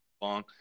long